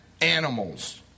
Animals